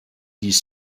these